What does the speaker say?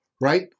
right